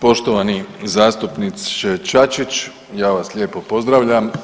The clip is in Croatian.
Poštovani zastupniče Čačić, ja vas lijepo pozdravljam.